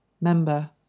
member